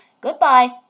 Goodbye